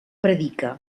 predica